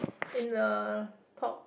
in the top